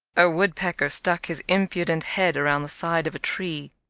a woodpecker stuck his impudent head around the side of a tree.